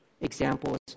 Examples